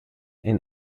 and